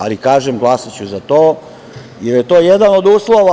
Ali, kažem glasaću za to, jer je to jedan od uslova.